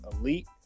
elite